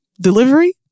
delivery